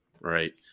right